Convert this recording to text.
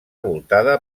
voltada